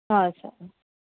sir